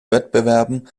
wettbewerben